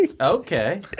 Okay